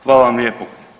Hvala vam lijepo.